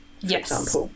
yes